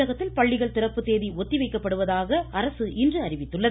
தமிழகத்தில் பள்ளிகள் திறப்பு தேதி ஒத்திவைக்கப்படுவதாக அரசு இன்று அறிவித்துள்ளது